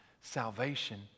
salvation